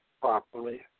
properly